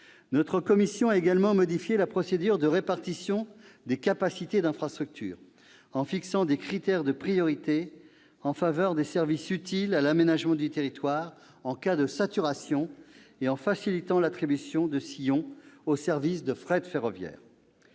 Notre commission a également modifié la procédure de répartition des capacités d'infrastructure, en fixant des critères de priorité en faveur des services utiles à l'aménagement du territoire en cas de saturation, et en facilitant l'attribution de sillons aux services de fret ferroviaire.